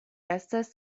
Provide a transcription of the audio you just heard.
estas